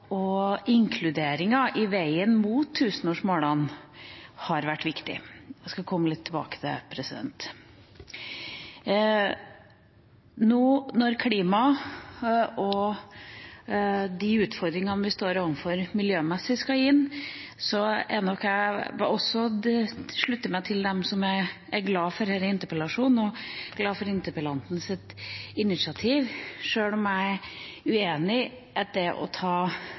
inkluderinga på veien mot tusenårsmålene har vært viktig. Jeg skal komme litt tilbake til det. Nå når klima og de miljømessige utfordringene vi står overfor, skal inn, vil jeg slutte meg til dem som er glad for denne interpellasjonen og glad for interpellantens initiativ, selv om jeg er uenig i at det å ta